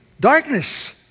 darkness